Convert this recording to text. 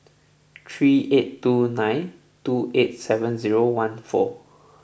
three eight two nine two eight seven zero one four